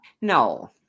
No